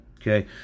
Okay